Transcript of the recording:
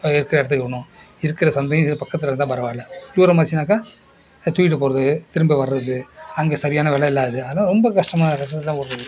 அது இருக்கிற இடத்துக்கு போகணும் இருக்கிற சந்தையும் இங்கே பக்கத்தில் இருந்தால் பரவாயில்ல தூரமாக இருந்துச்சுன்னாக்கா அதை தூக்கிகிட்டு போவது திரும்ப வர்றது அங்கே சரியான வெலை இல்லாதது அதெலாம் ரொம்ப கஷ்டமாக கஷ்டத்தை தான் கொடுக்குது